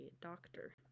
doctor